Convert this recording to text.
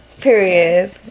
period